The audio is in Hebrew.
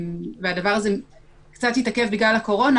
הדבר הזה קצת התעכב בגלל הקורונה,